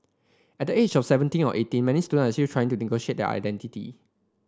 at the age of seventeen or eighteen many student are still trying to negotiate their identity